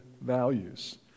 values